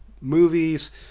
movies